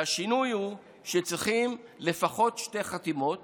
השינוי הוא שצריכים לפחות שתי חתימות